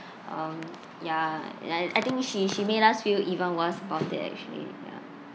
um ya uh ya I think she she made us feel even worse about it actually ya